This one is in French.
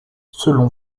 selon